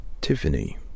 Tiffany